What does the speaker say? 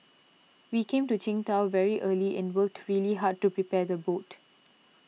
we came to Qingdao very early and worked really hard to prepare the boat